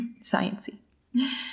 science-y